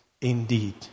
indeed